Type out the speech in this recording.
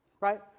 right